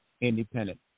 independent